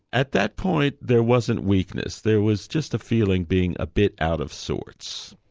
at that point there wasn't weakness, there was just a feeling being a bit out of sorts.